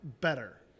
better